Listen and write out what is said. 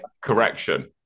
correction